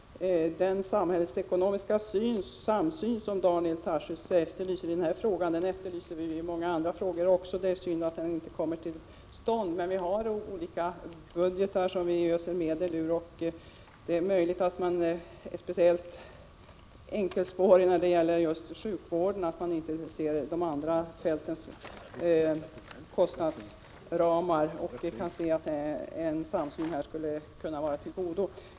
Herr talman! Den samhällsekonomiska samsyn som Daniel Tarschys efterlyser i den här frågan efterlyser vi i många andra sammanhang också. Det är synd att den inte kommer till stånd, men vi har olika budgetar som vi öser medel ur, och det är möjligt att man är speciellt enkelspårig när det gäller just sjukvården så att man inte ser de andra fältens kostnadsramar och inte ser att en samsyn skulle vara bra.